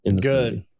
Good